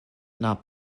not